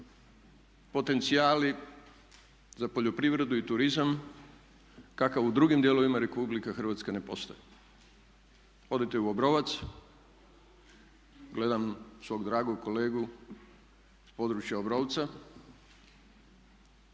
potencijali za poljoprivredu i turizam kakav u drugim dijelovima Republike Hrvatske ne postoji. Odite u Obrovac, gledam svog dragog kolegu sa područja Obrovca,